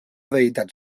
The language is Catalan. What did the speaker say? deïtat